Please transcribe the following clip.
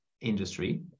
industry